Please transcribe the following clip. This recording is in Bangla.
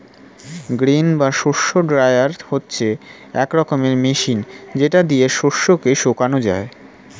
গ্রেন বা শস্য ড্রায়ার হচ্ছে এক রকমের মেশিন যেটা দিয়ে শস্য কে শোকানো যায়